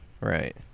Right